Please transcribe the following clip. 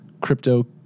crypto